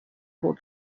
full